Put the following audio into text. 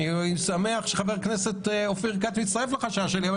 אני שמח שחבר הכנסת אופיר כץ מצטרף לחשש שלי אבל